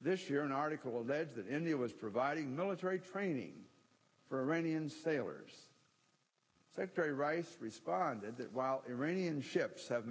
this year an article alleged that india was providing military training for any and sailors that very rice responded that while iranian ships have